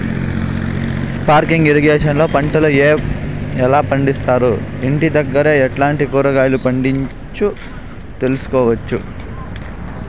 Sprinkle irrigation లో పంటలు ఎలా పండిస్తారు, ఇంటి దగ్గరే ఎట్లాంటి కూరగాయలు పండించు తెలుసుకోవచ్చు?